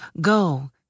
Go